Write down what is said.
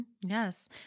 Yes